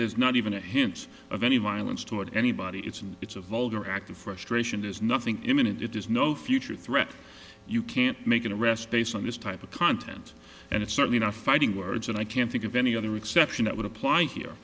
there's not even a hint of any violence toward anybody it's an it's a vulgar act of frustration there's nothing imminent it is no future threat you can't make an arrest based on this type of content and it's certainly not fighting words and i can't think of any other exception that would apply here